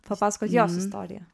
papasakot jos istoriją